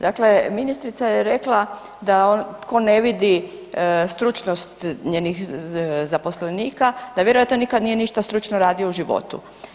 Dakle, ministrica je rekla da tko ne vidi stručnost njenih zaposlenika da vjerojatno nikad nije ništa stručno radio u životu.